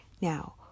now